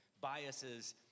biases